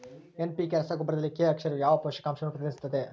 NPK ರಸಗೊಬ್ಬರದಲ್ಲಿ K ಅಕ್ಷರವು ಯಾವ ಪೋಷಕಾಂಶವನ್ನು ಪ್ರತಿನಿಧಿಸುತ್ತದೆ?